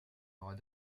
auras